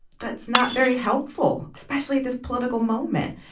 that's not very helpful, especially at this political moment.